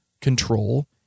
control